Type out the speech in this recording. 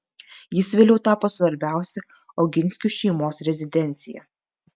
jis vėliau tapo svarbiausia oginskių šeimos rezidencija